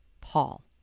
Paul